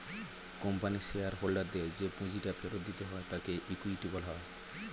কোম্পানির শেয়ার হোল্ডারদের যে পুঁজিটা ফেরত দিতে হয় তাকে ইকুইটি বলা হয়